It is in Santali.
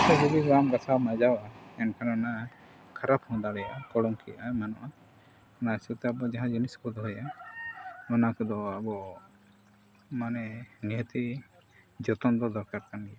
ᱡᱩᱫᱤ ᱵᱟᱢ ᱜᱷᱟᱥᱟᱣ ᱢᱟᱡᱟᱣᱟ ᱮᱱᱠᱷᱟᱱ ᱚᱱᱟ ᱠᱷᱟᱨᱟᱯ ᱦᱚᱸ ᱫᱟᱲᱮᱭᱟᱜᱼᱟ ᱚᱱᱟ ᱦᱤᱥᱟᱹᱵᱽ ᱛᱮ ᱟᱵᱚ ᱡᱟᱦᱟᱸ ᱡᱤᱱᱤᱥ ᱠᱚ ᱫᱚᱦᱚᱭᱟ ᱚᱱᱟ ᱠᱚᱫᱚ ᱟᱵᱚ ᱢᱟᱱᱮ ᱱᱤᱦᱟᱹᱛᱤ ᱡᱚᱛᱚᱱ ᱫᱚ ᱫᱚᱨᱠᱟᱨ ᱠᱟᱱ ᱜᱮᱭᱟ